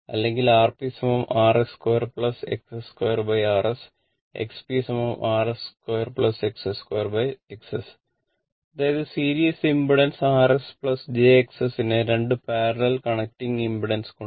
അല്ലെങ്കിൽ RpRs 2 Xs 2Rs XpRs 2 Xs 2 Xs